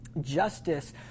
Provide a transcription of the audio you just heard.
justice